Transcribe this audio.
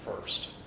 first